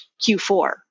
Q4